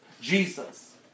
Jesus